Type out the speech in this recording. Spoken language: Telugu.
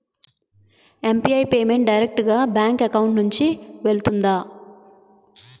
యు.పి.ఐ పేమెంట్ డైరెక్ట్ గా బ్యాంక్ అకౌంట్ నుంచి వెళ్తుందా?